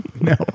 No